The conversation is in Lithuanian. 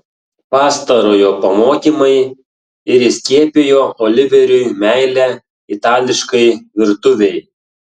pastarojo pamokymai ir įskiepijo oliveriui meilę itališkai virtuvei